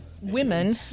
women